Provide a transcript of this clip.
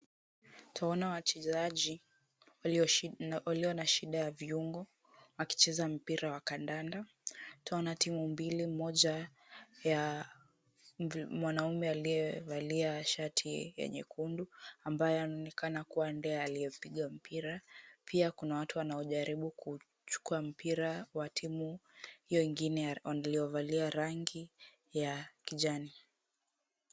Tuona wachezaji, walio na shida ya viungo wakicheza mpira wa kandanda. Tuona timu mbili moja ya mwanaume aliyevalia shati yenye kundu, ambaye anaonekana kuwa ndiye aliyepiga mpira. Pia kuna watu wanaojaribu kuchukua mpira wa timu hiyo ingine waliyovalia rangi ya kijani.